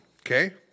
Okay